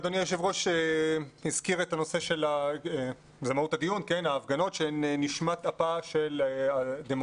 אדוני היושב-ראש הזכיר את הנושא של ההפגנות שהן נשמת-אפה של הדמוקרטיה.